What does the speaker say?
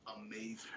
amazing